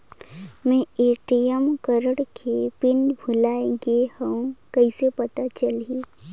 मैं ATM card के pin भुलाए गे हववं कइसे पता चलही?